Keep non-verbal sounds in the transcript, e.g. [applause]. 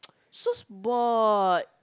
[noise] so bored